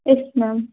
yes ma'am